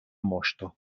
moŝto